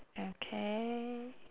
okay